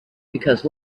because